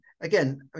Again